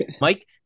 Mike